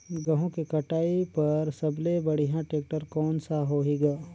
गहूं के कटाई पर सबले बढ़िया टेक्टर कोन सा होही ग?